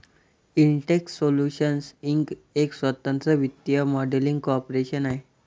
Intex solutions inc एक स्वतंत्र वित्तीय मॉडेलिंग कॉर्पोरेशन आहे